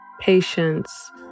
Patience